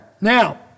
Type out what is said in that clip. Now